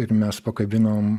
ir mes pakabinom